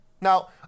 Now